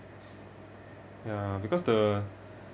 ya because the